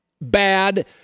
Bad